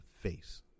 face